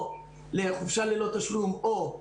או לחופשה ללא תשלום או,